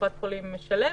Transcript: קופת חולים משלמת,